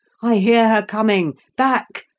i hear her coming. back!